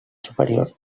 superior